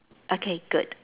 okay good